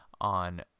on